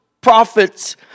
prophets